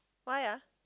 why ah